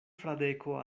fradeko